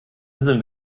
inseln